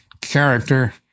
character